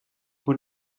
moet